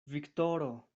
viktoro